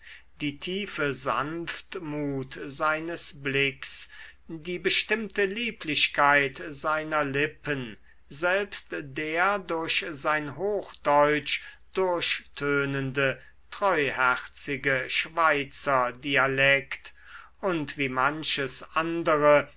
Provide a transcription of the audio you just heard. die tiefe sanftmut seines blicks die bestimmte lieblichkeit seiner lippen selbst der durch sein hochdeutsch durchtönende treuherzige schweizerdialekt und wie manches andere